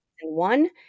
one